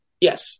Yes